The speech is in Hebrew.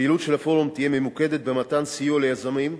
הפעילות של הפורום תהיה ממוקדת במתן סיוע ליזמים,